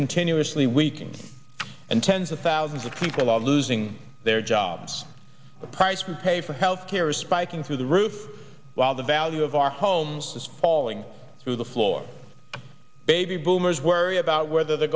continuously weakening and tens of thousands of people are losing their jobs the price we pay for health care is spiking through the roof while the value of our homes is falling through the floor baby boomers worry about whether they're